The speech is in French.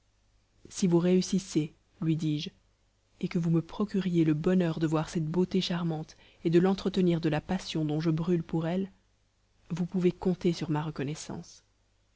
si vous réussissez lui dis-je et que vous me procuriez le bonheur de voir cette beauté charmante et de l'entretenir de la passion dont je brûle pour elle vous pouvez compter sur ma reconnaissance